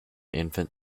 infant